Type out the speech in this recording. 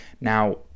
Now